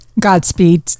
Godspeed